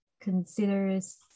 considers